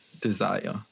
desire